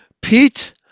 Pete